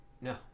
No